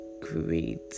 great